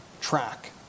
track